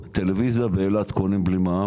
טלוויזיה באילת קונים בלי מע"מ,